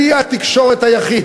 כלי התקשורת היחיד